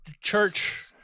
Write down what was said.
church